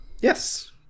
Yes